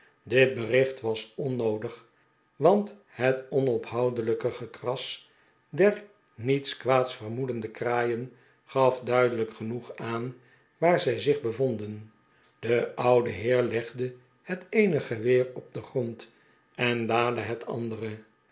dit bcricht was onnoodig want het onophoudelijke gekras der niets kwaads vermoedende kraaieh gaf duidelijk genoeg aan waar zij zich bevonden de oude heer legde het eene geweer op den grond en laadde het andere